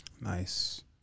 Nice